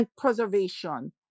preservation